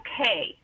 okay